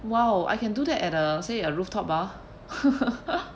!wow! I can do that at a say a rooftop bar